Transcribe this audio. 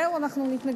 זהו, אנחנו נתנגד.